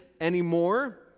anymore